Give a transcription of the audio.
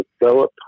develop